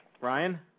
Ryan